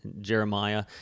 Jeremiah